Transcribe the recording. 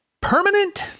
permanent